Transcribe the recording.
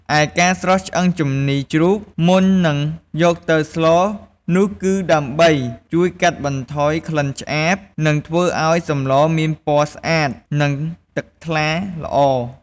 ឯការស្រុះឆ្អឹងជំនីរជ្រូកមុននឹងយកទៅស្លនោះគឺដើម្បី ជួយកាត់បន្ថយក្លិនឆ្អាប និងធ្វើឱ្យសម្លមានពណ៌ស្អាត និងទឹកថ្លាល្អ។